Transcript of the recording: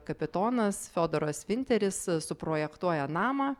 kapitonas fiodoras vinteris suprojektuoja namą